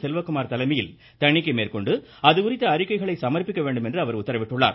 செல்வகுமார் தலைமையில் தணிக்கை மேற்கொண்டு அது அகுறித்த அறிக்கைகளை சமா்ப்பிக்க வேண்டும் என்று உத்தரவிட்டுள்ளார்